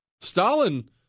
Stalin